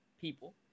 people